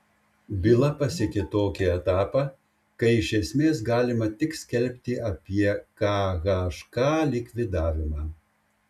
byla pasiekė tokį etapą kai iš esmės galima tik skelbti apie khk likvidavimą